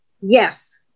Yes